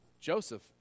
Joseph